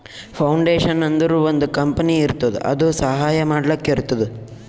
foundation ಅಂದುರ್ ಒಂದ್ company ಇರ್ತುದ್ ಅದು ಸಹಾಯ ಮಾಡ್ಲಕ್ ಇರ್ತುದ್